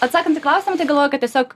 atsakant į klausimą tai galvoju kad tiesiog